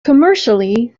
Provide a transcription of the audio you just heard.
commercially